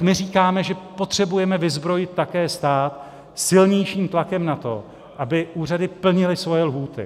My říkáme, že potřebujeme vyzbrojit také stát silnějším tlakem na to, aby úřady plnily svoje lhůty.